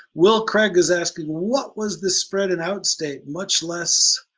will craig is asking, what was the spread in outstate? much less